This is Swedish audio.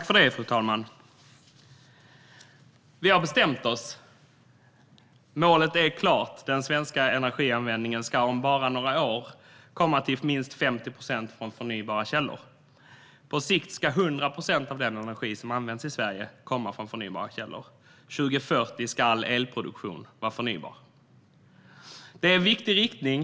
Fru talman! Vi har bestämt oss. Målet är klart. Den energi som används i Sverige ska om bara några år till minst 50 procent komma från förnybara källor. På sikt ska 100 procent av den energi som används i Sverige komma från förnybara källor. 2040 ska all elproduktion vara förnybar. Detta är en viktig riktning.